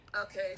Okay